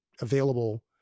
available